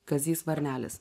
kazys varnelis